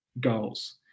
goals